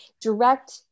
direct